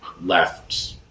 left